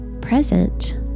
present